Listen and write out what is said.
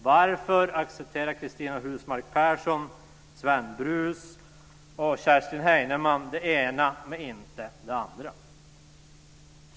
Varför accepterar Cristina Husmark Pehrsson, Sven Brus och Kerstin Heinemann det ena men inte det andra?